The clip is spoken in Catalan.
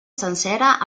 sencera